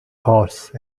horse